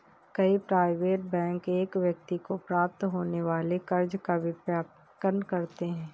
कई private bank एक व्यक्ति को प्राप्त होने वाले कर्ज का विज्ञापन करते हैं